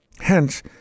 Hence